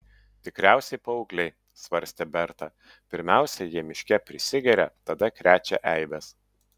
tikriausiai paaugliai svarstė berta pirmiausia jie miške prisigeria tada krečia eibes